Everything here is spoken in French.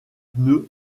pneus